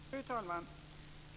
Fru talman!